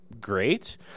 great